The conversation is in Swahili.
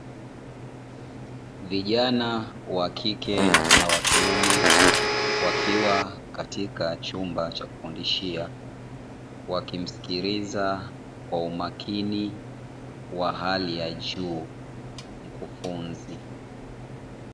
Vijana wa kike na wa kiume, wakiwa katika chumba cha kufundishia wakimsikiliza kwa umakini wa hali ya juu mkufunzi.